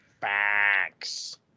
Facts